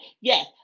Yes